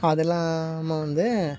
அதுவுல்லாம வந்து